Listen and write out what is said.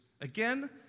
Again